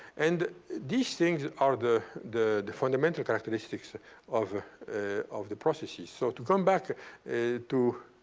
and these things are the the fundamental characteristics of ah of the processes. so to come back and to